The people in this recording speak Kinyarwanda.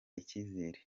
icyizere